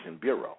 Bureau